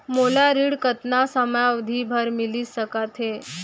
मोला ऋण कतना समयावधि भर मिलिस सकत हे?